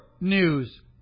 news